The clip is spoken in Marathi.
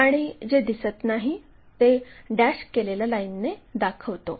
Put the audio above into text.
आणि जे दिसत नाही ते डॅश केलेल्या लाईनने दाखवितो